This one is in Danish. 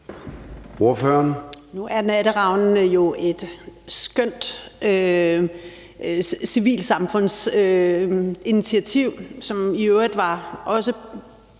Nu er Natteravnene jo et skønt civilsamfundsinitiativ, som jeg tror